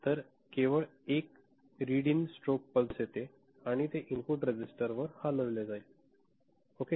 तर केवळ एक रीडइन स्ट्रॉब पल्स येईल आणि ते इनपुट रजिस्टरवर हलविले जाईल ओके